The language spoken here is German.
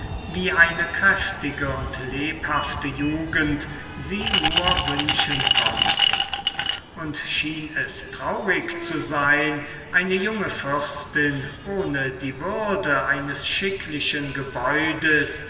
wie eine kräftige und lebhafte jugend sie nur wünschen konnte und schien es traurig zu sein eine junge fürstin ohne die würde eines schicklichen gebäudes